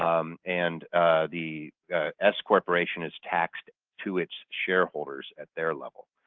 um and the s-corporation is taxed to its shareholders at their level.